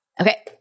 okay